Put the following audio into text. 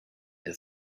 that